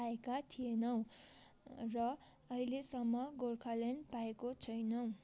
पाएका थिएनौँ र अहिलेसम्म गोर्खा ल्यान्ड पाएको छैनौँ